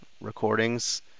Recordings